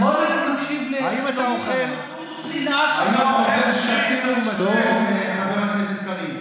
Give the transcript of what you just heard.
האם אתה אוכל שקצים ורמשים, חבר הכנסת קריב?